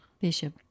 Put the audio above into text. Bishop